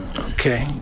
Okay